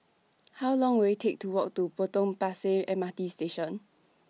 How Long Will IT Take to Walk to Potong Pasir M R T Station